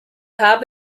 habe